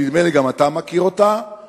ונדמה לי שגם אתה מכיר אותה,